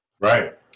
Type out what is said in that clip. Right